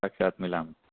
साक्षात् मिलामि